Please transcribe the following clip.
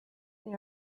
they